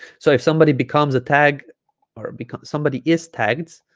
so if somebody becomes a tag or because somebody is tagged